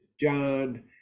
John